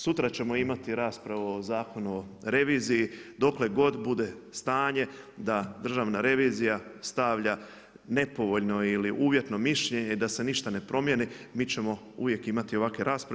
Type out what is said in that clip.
Sutra ćemo imati raspravu o Zakonu o reviziji dokle god bude stanje da Državna revizija stavlja nepovoljno ili uvjetno mišljenje i da se ništa ne promijeni mi ćemo uvijek imati ovakve rasprave.